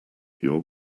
your